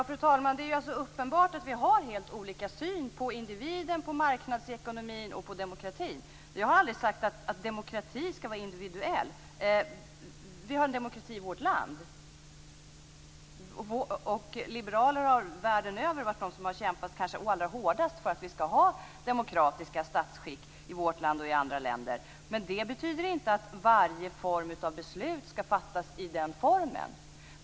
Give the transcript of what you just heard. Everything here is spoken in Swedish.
Fru talman! Det är uppenbart att vi har helt olika syn på individen, på marknadsekonomin och på demokratin. Vi har aldrig sagt att demokrati skall vara individuell. Vi har en demokrati i vårt land. Liberaler har världen över varit de som har kämpat kanske allra hårdast för att vi skall ha demokratiska statsskick i vårt land och i andra länder. Men det betyder inte att varje beslut skall fattas i den formen.